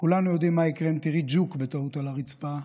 כולנו יודעים מה יקרה אם תראי ג'וק בטעות על הרצפה.